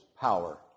power